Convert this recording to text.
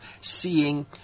seeing